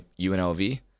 UNLV